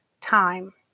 time